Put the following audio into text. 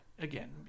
Again